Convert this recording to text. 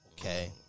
Okay